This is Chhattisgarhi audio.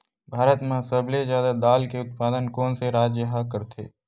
भारत मा सबले जादा दाल के उत्पादन कोन से राज्य हा करथे?